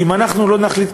אם אנחנו לא נחליט,